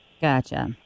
Gotcha